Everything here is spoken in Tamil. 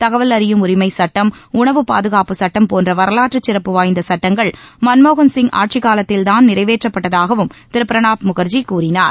தகவல் அறியும் உரிமைச் சுட்டம் உணவு பாதுகாப்பு சுட்டம் போன்ற வரலாற்று சிறப்பு வாய்ந்த சட்டங்கள் மன்மோகன்சிங் ஆட்சிக்காலத்தில்தான் நிறைவேற்றப்பட்டதாகவும் திரு பிரணாப் முகர்ஜி கூறினார்